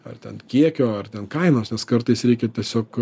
ar ten kiekio ar ten kainos nes kartais reikia tiesiog